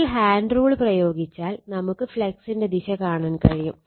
ഇതിൽ hand rule പ്രയോഗിച്ചാൽ നമുക്ക് ഫ്ളക്സിന്റെ ദിശ കാണാൻ കഴിയും